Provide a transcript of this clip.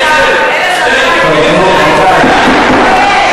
זה ממש מביש.